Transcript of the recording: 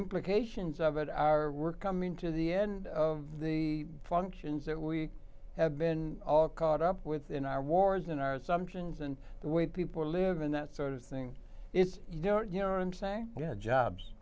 implications of it are we're coming to the end of the functions that we have been all caught up with in our wars in our assumptions and the way people live and that sort of thing if you know what you know and say yeah jobs